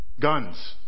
Guns